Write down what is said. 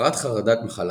הפרעת חרדת מחלה